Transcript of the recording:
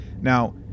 Now